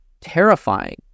terrifying